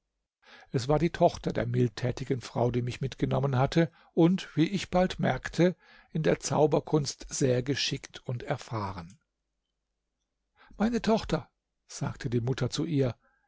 es war die tochter der mildtätigen frau die mich mitgenommen hatte und wie ich bald merkte in der zauberkunst sehr geschickt und erfahren meine tochter sagte die mutter zu ihr